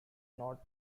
not